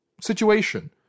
situation